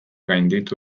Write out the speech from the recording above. gainditu